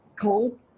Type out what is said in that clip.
Cold